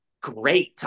great